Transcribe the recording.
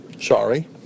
Sorry